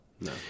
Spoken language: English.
No